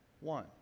one